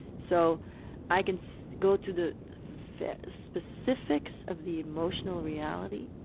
so i can so go to the specifics of the emotional reality